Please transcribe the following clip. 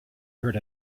heard